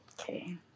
okay